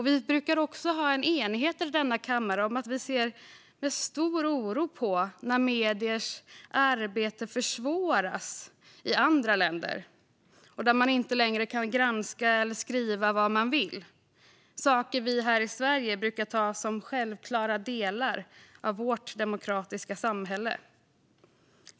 Vi brukar också ha en enighet i denna kammare om att vi ser med stor oro på när mediers arbete försvåras i andra länder där man inte längre kan granska eller skriva vad man vill - saker vi här i Sverige brukar se som självklara delar av vårt demokratiska samhälle.